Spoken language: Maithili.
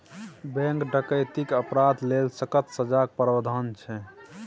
बैंक डकैतीक अपराध लेल सक्कत सजाक प्राबधान छै